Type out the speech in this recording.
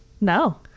No